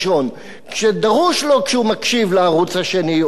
שדרוש לו כשהוא מקשיב לערוץ השני או לרשת ב'.